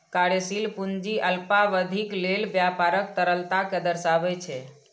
कार्यशील पूंजी अल्पावधिक लेल व्यापारक तरलता कें दर्शाबै छै